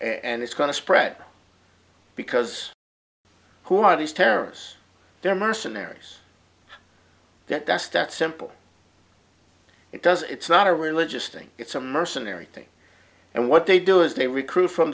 and it's going to spread because who are these terrorists they're mercenaries that that's that simple it does it's not a religious thing it's a mercenary thing and what they do is they recruit from